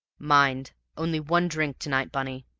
mind, only one drink to-night, bunny.